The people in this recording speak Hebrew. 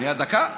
דקה.